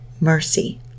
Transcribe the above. mercy